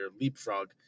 leapfrog